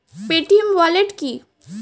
Paytm wallet কি?